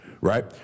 right